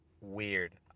weird